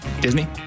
Disney